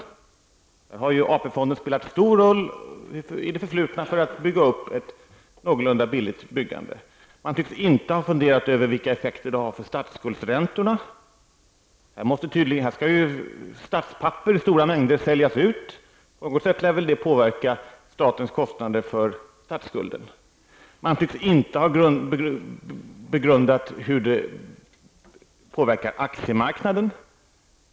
AP-fonden har i det förflutna spelat en stor roll i skapandet av ett någorlunda billigt byggande. Man tycks inte heller ha funderat över vilka effekter förslaget har för statsskuldsräntorna. Här skall statspapper i stora mängder säljas ut. Det lär väl på något sätt påverka statens kostnader för statsskulden. Man tycks inte ha begrundat hur aktiemarknaden påverkas.